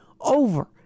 over